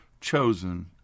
chosen